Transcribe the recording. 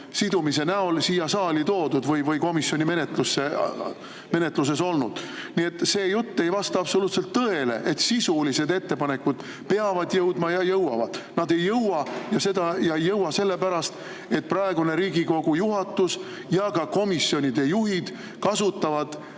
kimpu [seotult] siia saali saadetud või komisjoni menetluses olnud. Nii et see jutt ei vasta absoluutselt tõele, et sisulised ettepanekud peavad [saali] jõudma ja jõuavad. Nad ei jõua, ja ei jõua sellepärast, et praegune Riigikogu juhatus ja ka komisjonide juhid kasutavad